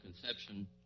conception